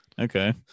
Okay